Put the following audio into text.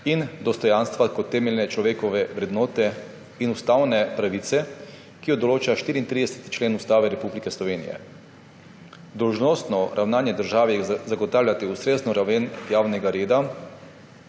in dostojanstva kot temeljne človekove vrednote in ustavne pavice, ki jo določa 34. člen Ustave Republike Slovenije. Dolžnostno ravnanje države je zagotavljati ustrezno raven javnega reda,